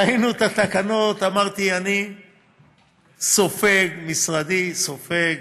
ראינו את התקנות, ואמרתי: אני סופג, משרדי סופג,